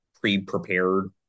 pre-prepared